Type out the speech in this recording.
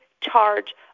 charge